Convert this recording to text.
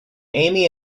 amy